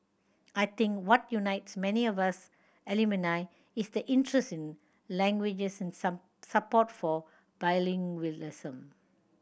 I think what unites many of us alumni is the interest in languages and support for bilingualism